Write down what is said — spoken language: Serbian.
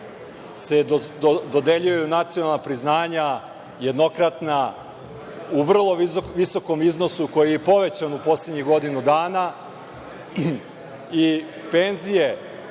se dodeljuju nacionalna priznanja jednokratna, u vrlo visokom iznosu koji je i povećan u poslednjih godinu dana, i